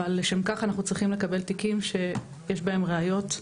אבל לשם כך אנחנו צריכים לקבל תיקים שיש בהם ראיות,